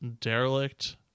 derelict